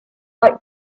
like